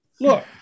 look